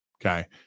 Okay